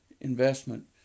investment